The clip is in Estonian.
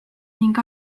ning